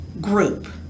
group